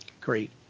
great